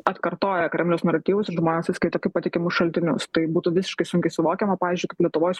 atkartoja kremliaus naratyvus ir žmonės tai skaito kaip patikimus šaltinius tai būtų visiškai sunkiai suvokiama pavyzdžiui kaip lietuvoj